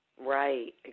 right